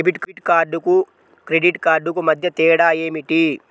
Debit కార్డుకు credit కార్డుకు మధ్య తేడా ఏమిటీ?